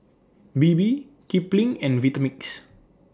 Bebe Kipling and Vitamix